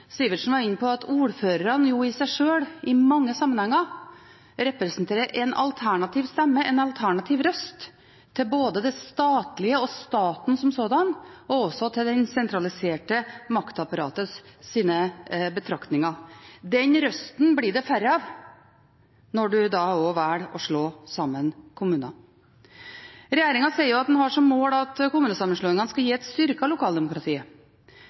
Sivertsen var inne på, at ordførerne i seg sjøl i mange sammenhenger representerer en alternativ stemme, en alternativ røst, både til det statlige og staten som sådan og til det sentraliserte maktapparatets betraktninger. Disse røstene blir det færre av når en velger å slå sammen kommuner. Regjeringen sier at den har som mål at kommunesammenslåingene skal gi et